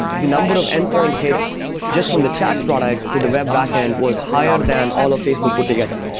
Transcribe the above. the number of endpoint hits just from the chat product to the web backend was higher than all of facebook put together.